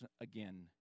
again